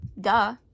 Duh